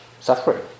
suffering